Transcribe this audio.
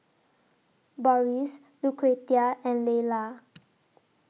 Boris Lucretia and Leyla